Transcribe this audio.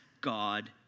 God